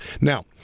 Now